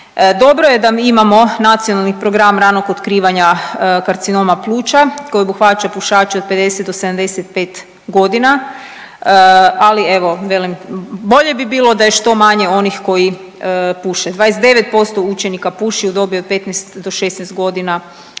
Dobro je da mi imamo Nacionalni program ranog otkrivanja karcinoma pluća koji obuhvaća pušače od 50 do 75.g., ali evo velim bolje bi bilo da je što manje onih koji puše, 29% učenika puši u dobi od 15 do 16.g.,